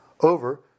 over